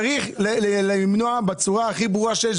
זה שצריך למנוע בצורה הכי ברורה שיש,